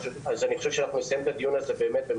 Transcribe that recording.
אם נמשיך לדבר על זה אני חושב שנסיים את הדיון